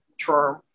term